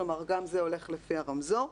כלומר: גם זה הולך לפי הרמזור.